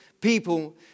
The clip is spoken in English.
people